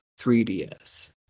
3ds